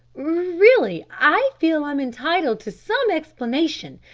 really, i feel i'm entitled to some explanation,